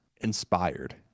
inspired